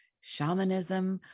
shamanism